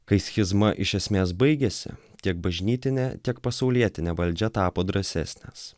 kai schizma iš esmės baigėsi tiek bažnytinė tiek pasaulietinė valdžia tapo drąsesnės